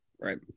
Right